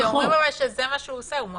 אתם אומרים שזה מה שהוא עושה, הוא מפנה.